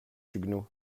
suguenot